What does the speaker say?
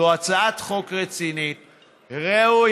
זו הצעת חוק רצינית וראויה,